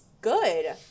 good